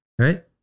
right